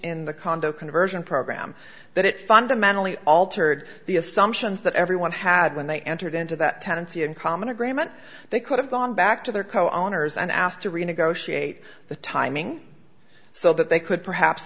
in the condo conversion program that it fundamentally altered the assumptions that everyone had when they entered into that tenancy in common agreement they could have gone back to their co owners and asked to renegotiate the timing so that they could perhaps